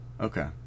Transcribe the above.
Okay